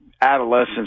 adolescence